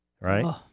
right